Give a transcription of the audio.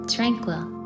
Tranquil